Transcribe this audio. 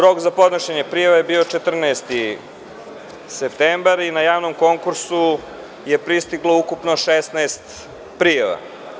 Rok za podnošenje prijave je bio 14. septembar i na javni konkurs je pristiglo ukupno 16 prijava.